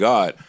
God